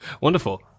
wonderful